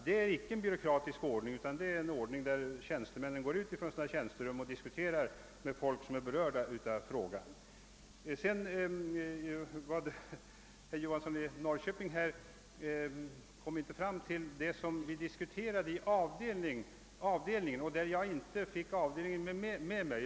Detta är icke en byråkratisk ordning utan en ordning där tjänstemännen går ut från sina tjänsterum och diskuterar med dem som är berörda av frågan. Herr Johansson i Norrköping nämnde inte den fråga som vi diskuterade i avdelningen och där jag inte fick avdelningen med mig.